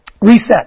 Reset